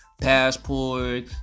passport